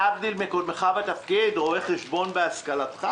להבדיל מקודמך בתפקיד רואה חשבון בהשכלתך,